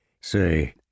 Say